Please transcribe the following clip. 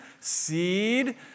seed